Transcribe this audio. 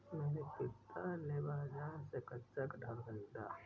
मेरे पिता ने बाजार से कच्चा कटहल खरीदा